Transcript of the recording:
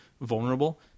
vulnerable